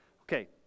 Okay